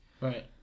right